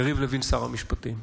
יריב לוין, שר המשפטים.